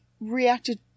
reacted